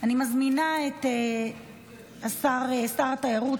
אני מזמינה את שר התיירות,